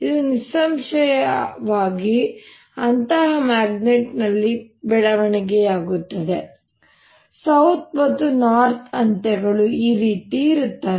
ಇದು ನಿಸ್ಸಂಶಯವಾಗಿ ಅಂತಹ ಮ್ಯಾಗ್ನೆಟ್ನಲ್ಲಿ ಬೆಳವಣಿಗೆಯಾಗುತ್ತದೆ S ಮತ್ತು N ಅಂತ್ಯಗಳು ಈ ರೀತಿ ಇರುತ್ತದೆ